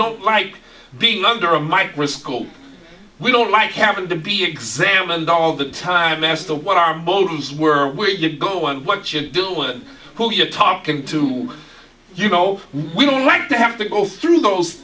don't like being under a microscope we don't like having to be examined all the time as to what our motives were where you go and what she and dillon who you're talking to you go we don't like to have to go through those